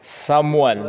Samuel